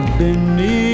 beneath